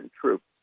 troops